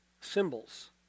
Symbols